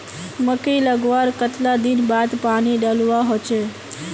मकई लगवार कतला दिन बाद पानी डालुवा होचे?